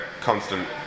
constant